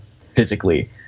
physically